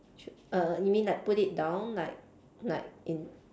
should err you mean like put it down like like in